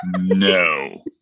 No